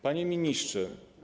Panie Ministrze!